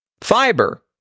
fiber